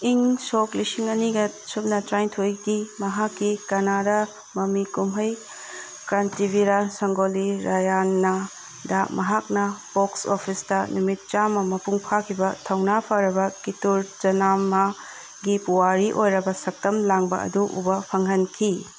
ꯏꯪ ꯁꯣꯛ ꯂꯤꯁꯤꯡ ꯑꯅꯤꯒ ꯁꯨꯞꯅ ꯇꯔꯥꯅꯤꯊꯣꯏꯒꯤ ꯃꯍꯥꯛꯀꯤ ꯀꯥꯅꯗꯥ ꯃꯃꯤ ꯀꯨꯝꯍꯩ ꯀꯥꯟꯇꯤꯕꯤꯔꯥ ꯁꯪꯒꯣꯂꯤ ꯔꯌꯥꯅꯗ ꯃꯍꯥꯛꯅ ꯕꯣꯛꯁ ꯑꯣꯐꯤꯁꯇ ꯅꯨꯃꯤꯠ ꯆꯥꯝꯃ ꯃꯄꯨꯡ ꯐꯥꯈꯤꯕ ꯊꯧꯅꯥ ꯐꯔꯅ ꯀꯤꯇꯨꯔ ꯆꯅꯥꯝꯃꯥꯒꯤ ꯄꯨꯋꯥꯔꯤ ꯑꯣꯏꯔꯕ ꯁꯛꯇꯝ ꯂꯥꯡꯕ ꯑꯗꯨ ꯎꯕꯗ ꯐꯪꯍꯟꯈꯤ